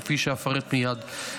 כפי שאפרט מייד.